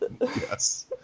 Yes